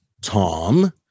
tom